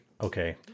okay